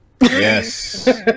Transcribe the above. Yes